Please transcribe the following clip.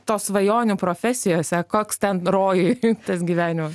to svajonių profesijose koks ten rojuj tas gyvenimas